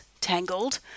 Tangled